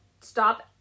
Stop